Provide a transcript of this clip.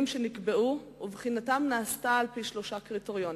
שנקבעו ובחינתם נעשתה על-פי שלושה קריטריונים.